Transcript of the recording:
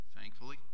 thankfully